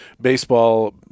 baseball